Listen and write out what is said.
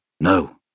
No